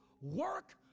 work